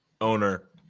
owner